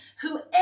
Whoever